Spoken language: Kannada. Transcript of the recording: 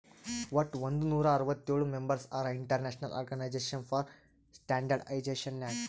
ವಟ್ ಒಂದ್ ನೂರಾ ಅರ್ವತ್ತೋಳ್ ಮೆಂಬರ್ಸ್ ಹರಾ international organisation for standardisation Nag